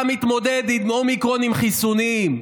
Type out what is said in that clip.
אתה מתמודד עם אומיקרון עם חיסונים,